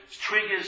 triggers